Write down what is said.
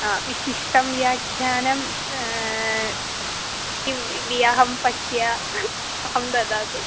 हा विशिष्टं व्याख्यानं किम् इति अहं पश्य अहं ददातु